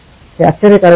हे आश्चर्यकारक आहे